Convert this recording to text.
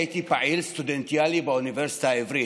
הייתי פעיל סטודנטיאלי באוניברסיטה העברית.